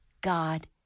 God